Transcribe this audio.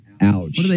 Ouch